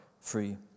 free